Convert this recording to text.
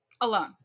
Alone